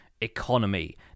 economy